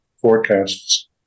forecasts